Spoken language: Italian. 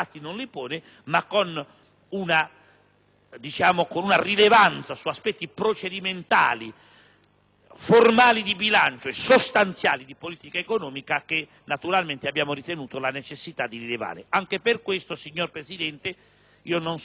con una rilevanza su aspetti procedimentali, formali di bilancio e sostanziali di politica economica, che abbiamo ritenuto necessario rilevare. Anche per questo, signor Presidente, non so se abbiamo fatto bene, ma